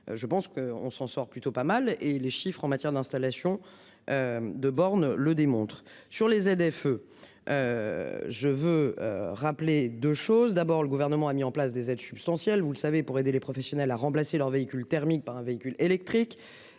Je pense qu'on s'en sort plutôt pas mal et les chiffres en matière d'installation. De bornes le démontre sur les ZFE. Je veux rappeler 2 choses, d'abord le gouvernement a mis en place des aides substantielles, vous le savez pour aider les. Professionnels à remplacer leurs véhicules thermiques par un véhicule électrique